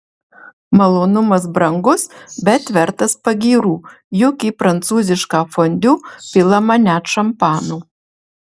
malonumas brangus bet vertas pagyrų juk į prancūzišką fondiu pilama net šampano